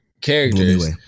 Characters